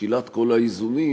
בשקילת כל האיזונים,